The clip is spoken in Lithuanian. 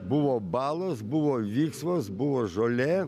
buvo balos buvo viksvos buvo žolė